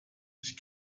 sich